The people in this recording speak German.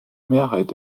mehrheit